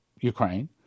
Ukraine